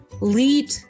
Lead